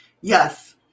Yes